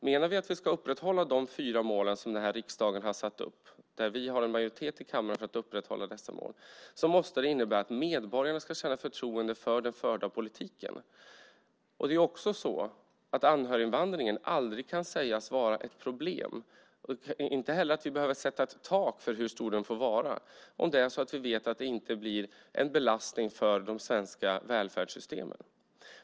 Menar vi att vi ska upprätthålla de fyra mål som den här riksdagen har satt upp, där vi har en majoritet i kammaren för att upprätthålla dessa mål, måste det innebära att medborgarna ska känna förtroende för den förda politiken. Det är också så att anhöriginvandringen aldrig kan sägas vara ett problem, och inte heller att vi behöver sätta ett tak för hur stor den får vara, om vi vet att den inte blir en belastning för de svenska välfärdssystemen.